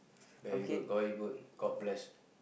there you good got it good god bless